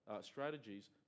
strategies